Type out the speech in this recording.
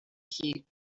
heat